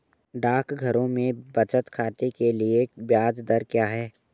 डाकघरों में बचत खाते के लिए ब्याज दर क्या है?